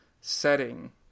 setting